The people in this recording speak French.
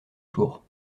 tour